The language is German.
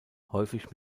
häufig